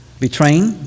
betraying